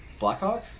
Blackhawks